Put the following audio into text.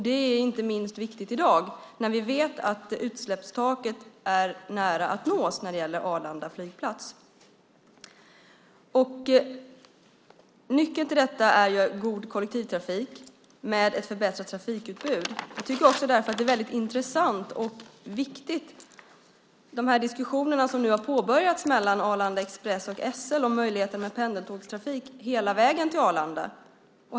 Det är inte minst viktigt i dag, när vi vet att utsläppstaket för Arlanda flygplats är nära att nås. Nyckeln till detta är god kollektivtrafik med ett förbättrat trafikutbud. Jag tycker därför att det är väldigt intressant och viktigt med de diskussioner som har påbörjats mellan Arlanda Express och SL om möjligheterna till pendeltågstrafik hela vägen till Arlanda.